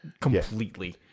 completely